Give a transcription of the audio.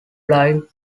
blind